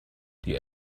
die